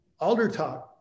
Aldertalk